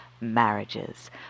marriages